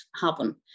happen